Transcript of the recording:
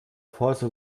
phase